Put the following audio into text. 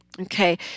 okay